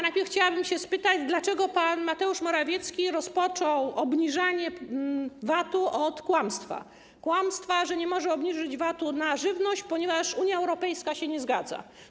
Najpierw chciałabym się spytać, dlaczego pan Mateusz Morawiecki rozpoczął obniżanie VAT-u od kłamstwa - kłamstwa, że nie może obniżyć VAT-u na żywność, ponieważ Unia Europejska się nie zgadza.